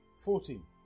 Fourteen